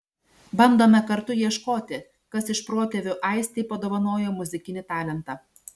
bandome kartu ieškoti kas iš protėvių aistei padovanojo muzikinį talentą